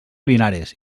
linares